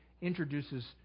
introduces